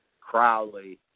Crowley